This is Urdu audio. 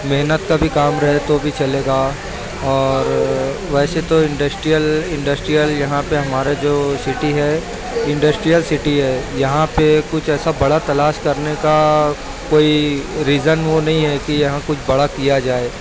محنت کا بھی کام رہے تو بھی چلے گا اور ویسے تو انڈسٹریل انڈسٹریل یہاں پہ ہمارے جو سٹی ہے انڈسٹریل سٹی ہے یہاں پہ کچھ ایسا بڑا تلاش کرنے کا کوئی ریزن وہ نہیں ہے کہ یہاں کچھ بڑا کیا جائے